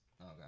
Okay